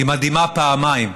היא מדהימה פעמיים: